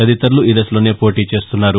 తదితరులు ఈ దశలోనే పోటీ చేస్తున్నారు